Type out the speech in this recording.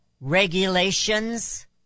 regulations